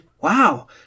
Wow